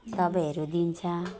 दबाईहरू दिन्छ